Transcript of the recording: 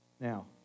Now